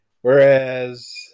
Whereas